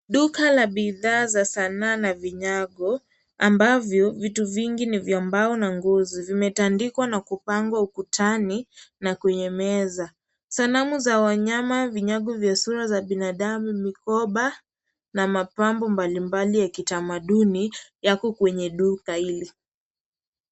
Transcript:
Duka la bidhaa na sanaa na vinyago ambavyo vitu vingi ni vya mbao na ngozi zimeandikwa na kupangwa ukutani na kwenye meza. Zanamu za wanyama, vinyago vya sura ya binadamu mogoba na mapambo mbalimbali ya kitamaduni yako kwenye duka hili.